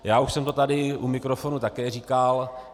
Já už jsem to tady u mikrofonu také říkal.